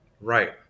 Right